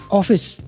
office